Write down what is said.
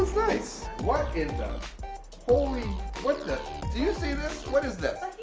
nice. what in the holy what the do you see this what is this?